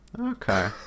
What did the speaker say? Okay